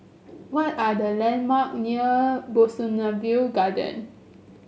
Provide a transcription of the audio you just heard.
what are the landmark near Bougainvillea Garden